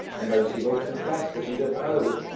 and those he will confess that he doth owe.